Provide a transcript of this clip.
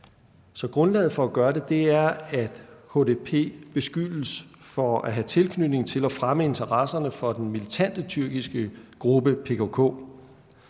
Grundlaget for at gøre det er, at HDP beskyldes for at have tilknytning til og fremme interesserne for den militante tyrkiske gruppe PKK.